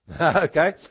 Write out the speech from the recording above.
Okay